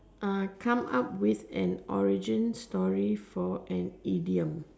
come out with an origin story for an idiom